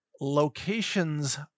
location's